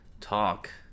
talk